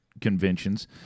conventions